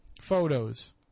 photos